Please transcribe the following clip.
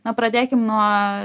na pradėkim nuo